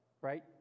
Right